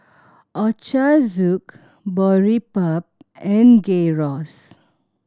Ochazuke Boribap and Gyros